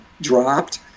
dropped